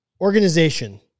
organization